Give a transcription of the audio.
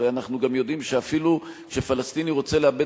הרי אנחנו גם יודעים שאפילו כשפלסטיני רוצה לעבד